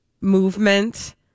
movement